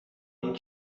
این